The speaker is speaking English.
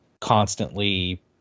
constantly